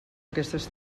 aquestes